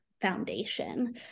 foundation